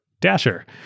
Dasher